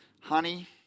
honey